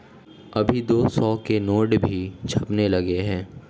अभी दो सौ के नोट भी छपने लगे हैं